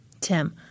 Tim